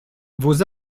vos